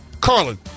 Carlin